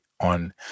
on